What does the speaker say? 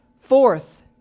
Fourth